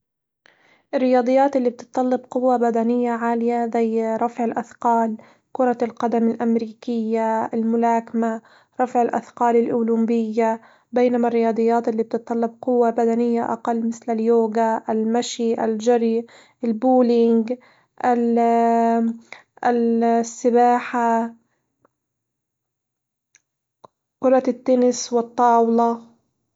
الرياضيات اللي بتتطلب قوة بدنية عالية زي رفع الأثقال، كرة القدم الأمريكية، الملاكمة، رفع الاثقال الأولمبية، بينما الرياضيات اللي بتتطلب قوة بدنية أقل مثل اليوجا، المشي، الجري، البولينج، ال السباحة، كرة التنس والطاولة.